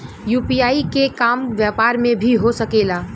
UPI के काम व्यापार में भी हो सके ला?